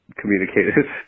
communicated